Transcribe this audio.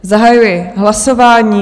Zahajuji hlasování.